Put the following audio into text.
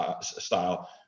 style